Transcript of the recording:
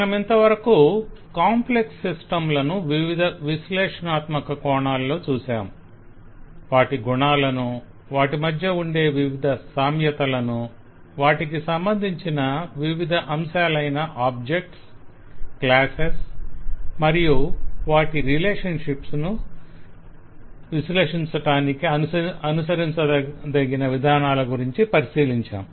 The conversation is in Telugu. మనమింతవరకు కాంప్లెక్స్ సిస్టంలను వివిధ విశ్లేషణాత్మక కోణాల్లో చూశాము వాటి గుణాలను వాటి మధ్య ఉండే వివిధ సామ్యతలను వాటికి సంబంధించిన వివిధ అంశాలైన ఆబ్జెక్ట్స్ క్లాసెస్ మరియు వాటి రిలేషన్షిప్స్ ద్వారా విశ్లేషించటానికి అనుసరించదగిన విధానాల గురించి పరిశీలించాం